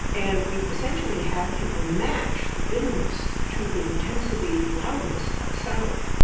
and we essentially had people match the bitterness to the intensity loudness of a sound.